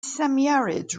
semiarid